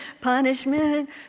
punishment